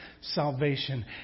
salvation